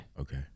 Okay